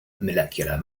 molecular